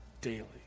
daily